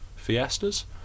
Fiestas